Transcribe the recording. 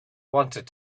wanted